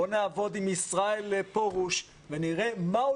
בואו נעבוד עם ישראל פרוש ונראה מה הוא